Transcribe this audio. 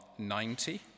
90